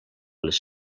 les